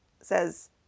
says